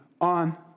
on